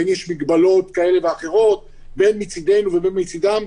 האם יש מגבלות כאלה ואחרות מצידנו או מצידם.